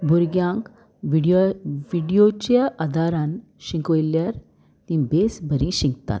भुरग्यांक विडियो विडियोच्या आदारान शिकोयल्यार ती बेस बरी शिकतात